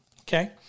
okay